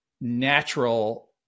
natural